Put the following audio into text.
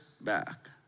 back